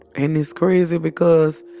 and it's crazy, because